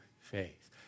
faith